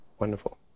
wonderful